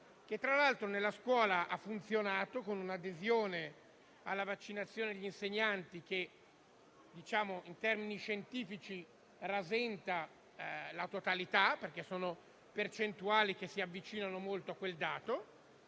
che tra l'altro nella scuola ha funzionato, con un'adesione alla vaccinazione degli insegnanti che in termini scientifici rasenta la totalità: ci sono percentuali che si avvicinano molto a quel dato.